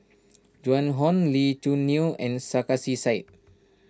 Joan Hon Lee Choo Neo and Sarkasi Said